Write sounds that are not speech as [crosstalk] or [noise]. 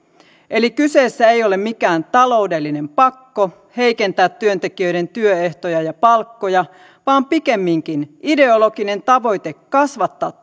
eli kyseessä ei ole mikään taloudellinen pakko heikentää työntekijöiden työehtoja ja palkkoja vaan pikemminkin ideologinen tavoite kasvattaa [unintelligible]